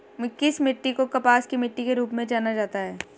किस मिट्टी को कपास की मिट्टी के रूप में जाना जाता है?